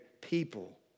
people